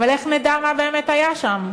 אבל איך נדע מה באמת היה שם?